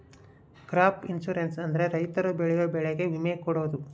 crop insurance ಅಂದ್ರೆ ರೈತರು ಬೆಳೆಯೋ ಬೆಳೆಗೆ ವಿಮೆ ಕೊಡೋದು